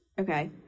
Okay